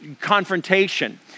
confrontation